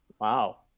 wow